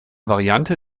variante